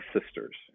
sisters